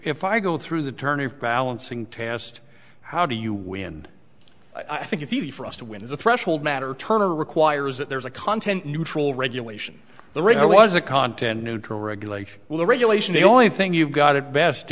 if i go through the turn of balancing test how do you win i think it's easy for us to win as a threshold matter turner requires that there's a content neutral regulation the radio was a content neutral regulation well regulation the only thing you've got it best